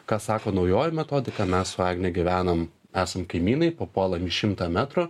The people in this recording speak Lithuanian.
ką sako naujoji metodika mes su agne gyvenam esam kaimynai papuolam į šimtą metrų